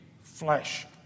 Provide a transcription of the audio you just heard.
flesh